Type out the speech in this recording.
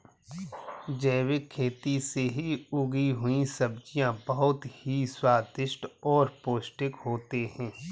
जैविक खेती से उगी हुई सब्जियां बहुत ही स्वादिष्ट और पौष्टिक होते हैं